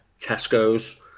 Tesco's